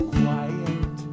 quiet